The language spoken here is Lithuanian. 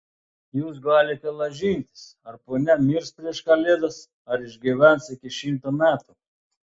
jūs galite lažintis ar ponia mirs prieš kalėdas ar išgyvens iki šimto metų